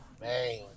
man